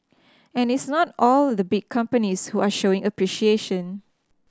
and it's not all the big companies who are showing appreciation